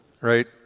right